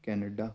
Canada